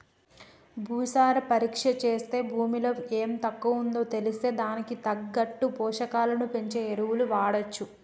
భూసార పరీక్ష చేస్తే భూమిలో ఎం తక్కువుందో తెలిస్తే దానికి తగ్గట్టు పోషకాలను పెంచే ఎరువులు వాడొచ్చు